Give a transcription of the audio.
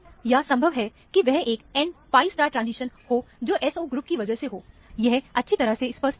या संभव है कि वह एक n pi ट्रांजिशन हो जो SO ग्रुप की वजह से हो यह अच्छी तरह से स्पष्ट नहीं है